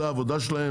זו העבודה שלהם,